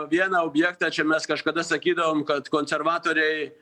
vieną objektą čia mes kažkada sakydavom kad konservatoriai